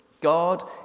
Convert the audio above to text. God